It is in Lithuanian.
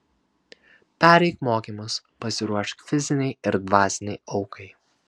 pereik mokymus pasiruošk fizinei ir dvasinei aukai